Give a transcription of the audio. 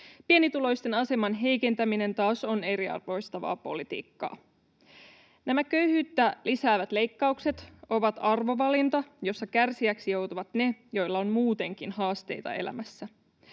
pienituloisten aseman heikentäminen taas on eriarvoistavaa politiikkaa. Nämä köyhyyttä lisäävät leikkaukset ovat arvovalinta, jossa kärsijöiksi joutuvat ne, joilla on muutenkin haasteita elämässä.